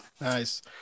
Nice